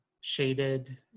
Shaded